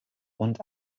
und